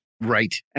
Right